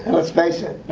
and let's face it.